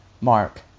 Mark